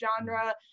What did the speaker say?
genre